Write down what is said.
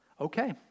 Okay